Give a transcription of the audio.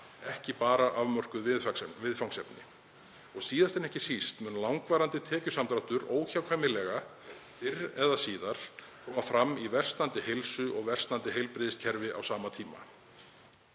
ekki bara afmörkuð viðfangsefni. Síðast en ekki síst mun langvarandi tekjusamdráttur óhjákvæmilega fyrr eða síðar koma fram í versnandi heilsu og versnandi heilbrigðiskerfi á sama tíma.